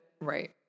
Right